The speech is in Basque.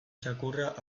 txakurra